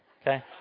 Okay